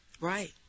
Right